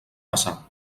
passar